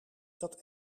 dat